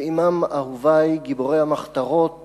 ועמם אהובי גיבורי המחתרות